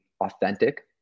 authentic